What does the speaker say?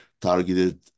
targeted